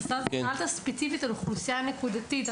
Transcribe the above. אתה שאלת ספציפית על אוכלוסייה נקודתית.